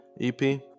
EP